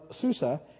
Susa